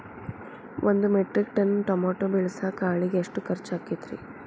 ಒಂದು metric ton tomato ಬೆಳಸಾಕ್ ಆಳಿಗೆ ಎಷ್ಟು ಖರ್ಚ್ ಆಕ್ಕೇತ್ರಿ?